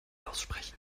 aussprechen